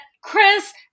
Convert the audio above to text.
Chris